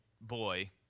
boy